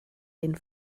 den